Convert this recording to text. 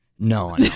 No